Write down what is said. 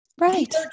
right